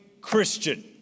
Christian